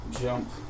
jump